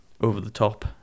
over-the-top